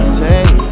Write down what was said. take